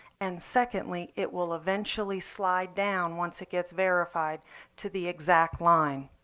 and secondly, it will eventually slide down once it gets verified to the exact line.